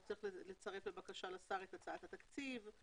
הוא צריך לצרף לבקשה לשר את הצעת התקציב.